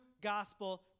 gospel